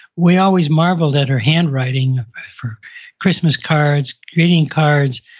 we always marveled at her handwriting for christmas cards, greeting cards,